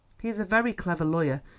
he is a very clever lawyer,